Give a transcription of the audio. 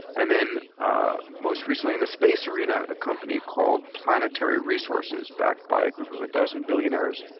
and then ah most recently in the space arena, a company called planetary resources backed by a group of a dozen billionaires,